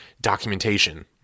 documentation